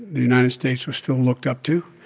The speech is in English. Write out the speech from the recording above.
the united states was still looked up to.